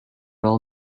all